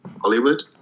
Hollywood